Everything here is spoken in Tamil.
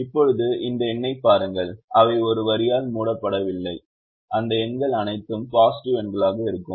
இப்போது அந்த எண்களைப் பாருங்கள் அவை ஒரு வரியால் மூடப்படவில்லை அந்த எண்கள் அனைத்தும் பாசிட்டிவ் எண்களாக இருக்கும்